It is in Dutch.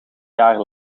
jaar